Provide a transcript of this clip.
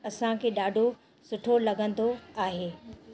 असांखे ॾाढो सुठो लॻंदो आहे